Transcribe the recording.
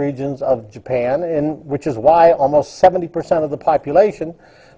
regions of japan and which is why almost seventy percent of the population